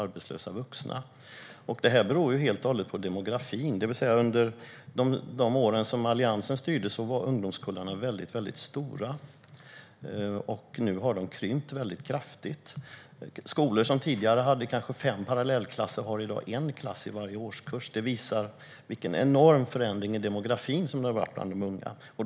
Det här beror helt och hållet på demografin. Under de år som Alliansen styrde var ungdomskullarna väldigt stora, och nu har de krympt kraftigt. Skolor som tidigare hade kanske fem parallellklasser har i dag en klass i varje årskurs. Det visar vilken enorm förändring i demografin det har varit när det gäller de unga.